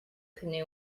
canoe